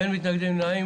אין נמנעים,